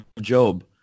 Job